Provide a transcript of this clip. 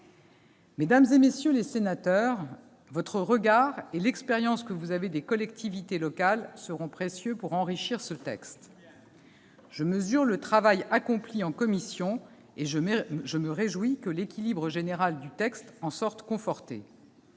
Mesdames, messieurs les sénateurs, votre regard et l'expérience qui est la vôtre des collectivités locales seront précieux pour enrichir ce texte. Je mesure le travail accompli en commission, et je me réjouis que l'équilibre général du texte en sorte conforté.